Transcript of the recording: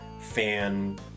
fan